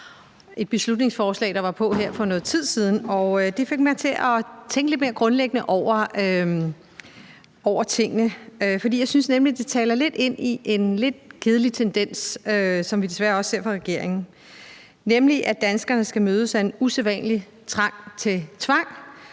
et beslutningsforslag, der var på her for noget tid siden. Det fik mig til at tænke lidt mere grundlæggende over tingene, for jeg synes nemlig, det taler ind i en lidt kedelig tendens, som vi desværre også ser fra regeringen, nemlig at danskerne skal mødes af en usædvanlig trang til tvang